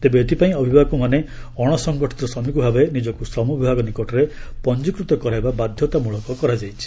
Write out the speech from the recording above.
ତେବେ ଏତିପାଇଁ ଅଭିଭାବକମାନେ ଅଣସଂଗଠିତ ଶ୍ରମିକ ଭାବେ ନିଜକୁ ଶ୍ରମ ବିଭାଗ ନିକଟରେ ପଞ୍ଜିକୃତ କରାଇବା ବାଧ୍ୟତାମଳକ କରାଯାଇଛି